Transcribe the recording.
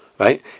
Right